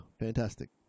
Fantastic